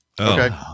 Okay